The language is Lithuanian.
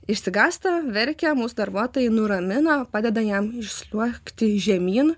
išsigąsta verkia mūsų darbuotojai nuramina padeda jam išsliuogti žemyn